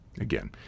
Again